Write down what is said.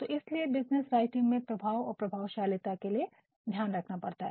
तो इसलिए business writing में प्रभाव और और प्रभाशलीता के लिए ध्यान रखना पड़ता है